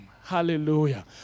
Hallelujah